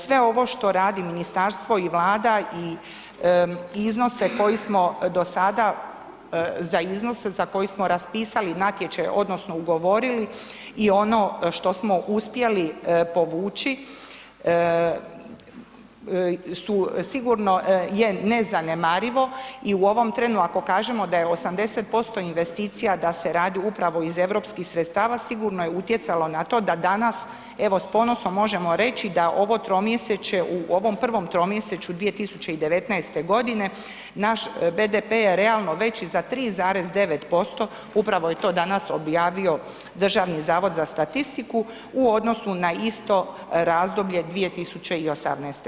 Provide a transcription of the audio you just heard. Sve ovo što radi ministarstvo i Vlada i iznose koji smo do sada, za iznose za koji smo raspisali natječaj odnosno ugovorili i ono što smo uspjeli povući su sigurno je nezanemarivo i u ovom trenu ako kažemo da je 80% investicija da se radi upravo iz europskih sredstava sigurno je utjecalo na to da danas evo s ponosom možemo reći da ovo tromjesečje, u ovom prvom tromjesečju 2019. godine naš BDP je realno veći za 3,9% upravo je to danas objavio Državni zavod za statistiku u odnosu na isto razdoblje 2018. godine.